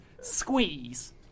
Squeeze